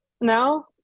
No